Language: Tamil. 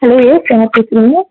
ஹலோ யெஸ் யார் பேசுகிறீங்க